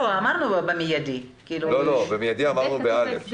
"באופן מיידי" אמרנו ב-(א).